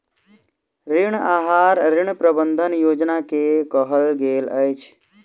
ऋण आहार, ऋण प्रबंधन योजना के कहल गेल अछि